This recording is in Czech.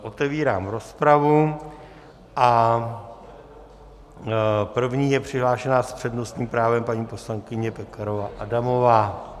Otevírám rozpravu a první je přihlášena s přednostním právem paní poslankyně Pekarová Adamová.